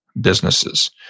businesses